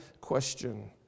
question